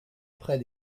près